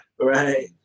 Right